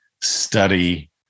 study